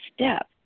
step